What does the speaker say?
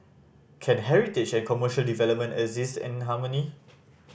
can heritage and commercial development exist in harmony